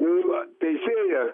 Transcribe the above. nu ir va teisinga